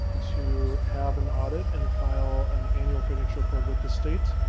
to have an audit and file an annual financial report with the state.